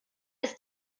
ist